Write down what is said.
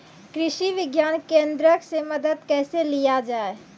कृषि विज्ञान केन्द्रऽक से मदद कैसे लिया जाय?